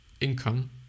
income